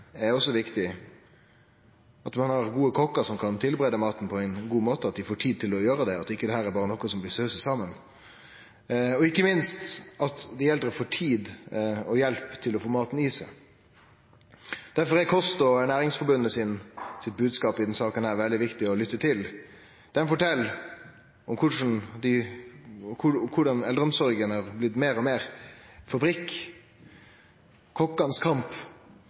er også viktig, at ein har gode kokkar som kan lage til mat på ein god måte, at dei får tid til å gjere det – at ikkje dette berre er noko som blir sausa saman – og ikkje minst at dei eldre får tid og hjelp til å få maten i seg. Derfor er Kost- og ernæringsforbundet sitt bodskap i denne saka veldig viktig å lytte til. Det fortel om korleis eldreomsorga har blitt meir og meir fabrikk, kokkane sin kamp